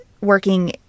working